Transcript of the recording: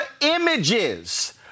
images